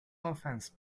offense